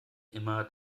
immer